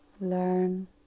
Learn